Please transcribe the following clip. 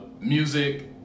music